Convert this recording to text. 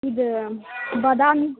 ಇದು ಬದಾಮಿ